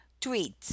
tweets